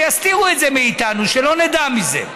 שיסתירו את זה מאיתנו, שלא נדע מזה.